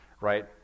right